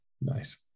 Nice